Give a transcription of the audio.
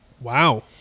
Wow